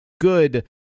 good